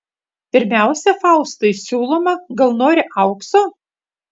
pirmiausia faustui siūloma gal nori aukso